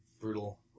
brutal